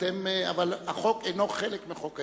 אבל החוק אינו חלק מחוק ההסדרים.